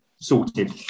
sorted